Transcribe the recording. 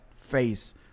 face